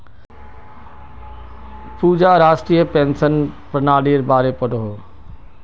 पूजा राष्ट्रीय पेंशन पर्नालिर बारे पढ़ोह